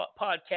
podcast